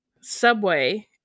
Subway